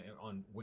on